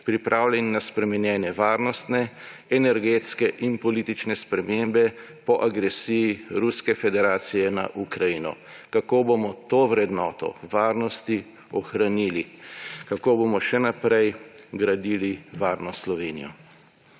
pripravljeni na spremenjene varnostne, energetske in politične spremembe po agresiji Ruske federacije na Ukrajino? Kako bomo to vrednoto varnosti ohranili? Kako bomo še naprej gradili varno Slovenijo?